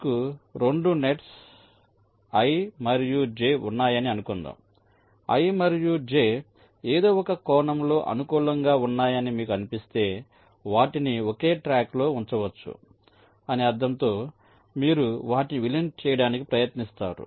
మీకు 2 nets i మరియు j ఉన్నాయని అనుకుందాం i మరియు j ఏదో ఒక కోణంలో అనుకూలంగా ఉన్నాయని మీకు అనిపిస్తే వాటిని ఒకే ట్రాక్లో ఉంచవచ్చు అనే అర్థంతో మీరు వాటిని విలీనం చేయడానికి ప్రయత్నిస్తారు